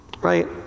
Right